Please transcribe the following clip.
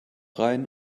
rein